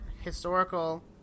historical